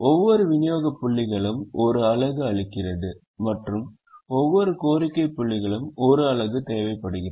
ஒவ்வொரு விநியோக புள்ளிகளும் 1 அலகு அளிக்கிறது மற்றும் ஒவ்வொரு கோரிக்கை புள்ளிக்கும் 1 அலகு தேவைப்படுகிறது